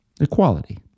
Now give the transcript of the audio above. equality